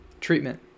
Treatment